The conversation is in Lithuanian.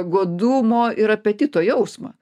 godumo ir apetito jausmą